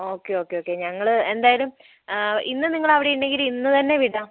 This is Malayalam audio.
ഓക്കെ ഓക്കെ ഓക്കെ ഞങ്ങൾ എന്തായാലും ഇന്ന് നിങ്ങൾ അവിടെയുണ്ടെങ്കിൽ ഇന്ന് തന്നെ വിടാം